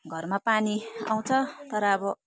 घरमा पानी आउँछ तर अब